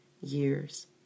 years